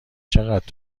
چقدر